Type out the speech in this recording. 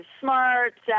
smart